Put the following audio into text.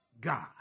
God